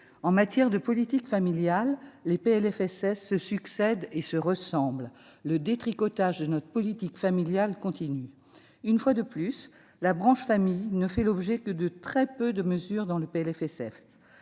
En matière de politique familiale, les PLFSS se succèdent et se ressemblent. Le détricotage de notre politique familiale continue. Une fois de plus, la branche famille ne fait l'objet que d'un très petit nombre de mesures dans le PLFSS.